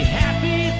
happy